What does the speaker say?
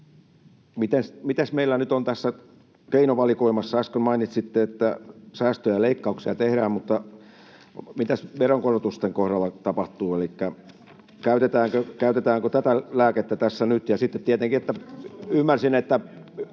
mitäs meillä nyt on tässä keinovalikoimassa. Äsken mainitsitte, että säästöjä ja leikkauksia tehdään, mutta mitäs veronkorotusten kohdalla tapahtuu, elikkä käytetäänkö tätä lääkettä tässä nyt?